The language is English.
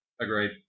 Agreed